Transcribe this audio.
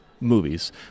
movies